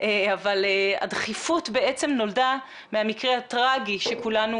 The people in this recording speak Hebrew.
הדחיפות בעצם נולדה מהמקרה הטרגי שכולנו